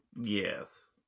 Yes